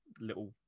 little